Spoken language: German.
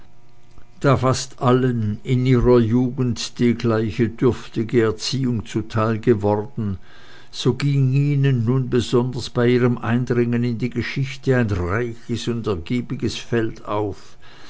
da fast allen in ihrer jugend die gleiche dürftige erziehung zuteil geworden so ging ihnen nun besonders bei ihrem eindringen in die geschichte ein reiches und ergiebiges feld auf